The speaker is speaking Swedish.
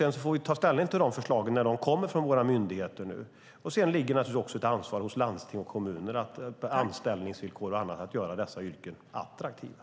Sedan får vi ta ställning till förslagen när de kommer från våra myndigheter. Det ligger naturligtvis också ett ansvar hos landsting och kommuner att göra dessa yrken attraktiva när det gäller anställningsvillkor och annat.